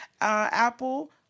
Apple